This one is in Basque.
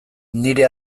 nire